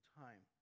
time